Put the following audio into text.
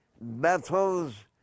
battles